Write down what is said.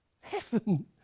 heaven